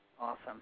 Awesome